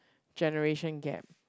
generation gap